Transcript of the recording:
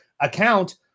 account